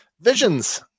Visions